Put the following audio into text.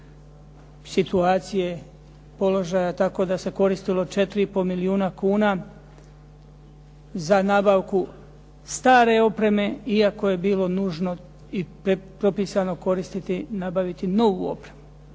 situacije, položaja tako da se koristilo 4,5 milijuna kuna za nabavku stare opreme iako je bilo nužno i bilo propisano koristiti i nabaviti novu opremu.